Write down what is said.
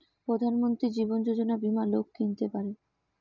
প্রধান মন্ত্রী জীবন যোজনা বীমা লোক কিনতে পারে